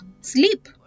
sleep